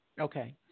Okay